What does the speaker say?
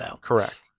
Correct